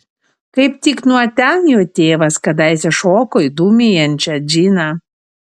kaip tik nuo ten jo tėvas kadaise šoko į dūmijančią džiną